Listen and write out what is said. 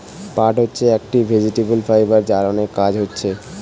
পাট হচ্ছে একটি ভেজিটেবল ফাইবার যার অনেক কাজ হচ্ছে